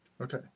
Okay